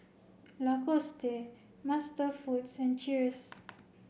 Lacoste MasterFoods and Cheers